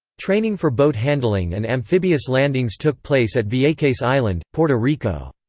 training for boat handling and amphibious landings took place at vieques island, puerto rico.